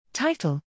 Title